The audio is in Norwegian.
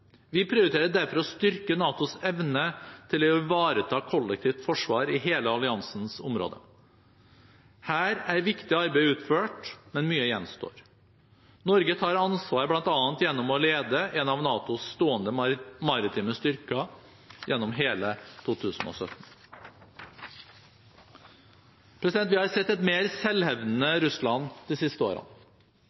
Vi prioriterer derfor å styrke NATOs evne til å ivareta kollektivt forsvar i hele alliansens område. Her er viktig arbeid utført, men mye gjenstår. Norge tar ansvar bl.a. gjennom å lede en av NATOs stående maritime styrker gjennom hele 2017. Vi har sett et mer selvhevdende Russland de siste årene.